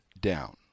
down